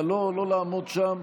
אבל לא לעמוד שם.